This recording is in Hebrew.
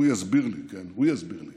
הוא יסביר לי, כן הוא יסביר לי